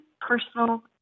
personal